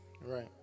Right